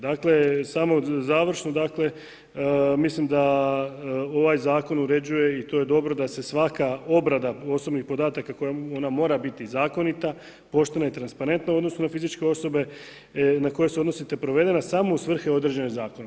Dakle samo završno, mislim da ovaj zakon uređuje, i to je dobro, da se svaka obrada osobnih podataka koja ona mora biti zakonita, poštena i transparentna u odnosu na fizičke osobe na koje se odnosi te provedena samo u svrhe određene zakonom.